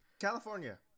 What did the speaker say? california